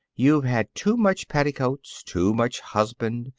you've had too much petticoats, too much husband,